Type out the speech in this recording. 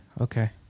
Okay